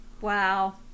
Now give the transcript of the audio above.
Wow